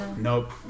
Nope